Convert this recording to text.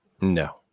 No